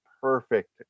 perfect